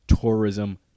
Tourism